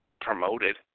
promoted